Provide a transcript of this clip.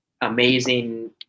amazing